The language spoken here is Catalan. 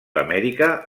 amèrica